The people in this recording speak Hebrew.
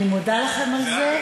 אני מודה לכם על זה.